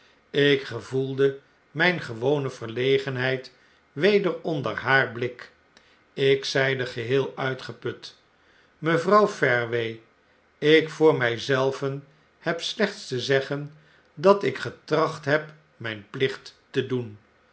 ik gevoelde myn gewone verlegenheid weder onder haar blik ik zeide geheel uitgeput mevrouw fareway ik voor my zelven heb slechts te zeggen dat ik getracht heb myn plicht te doen